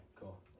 cool